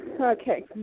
Okay